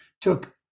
took